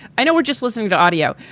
i know we're just listening to audio.